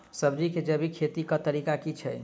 सब्जी केँ जैविक खेती कऽ तरीका की अछि?